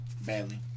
Badly